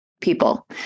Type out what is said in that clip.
people